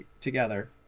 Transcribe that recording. together